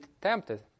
tempted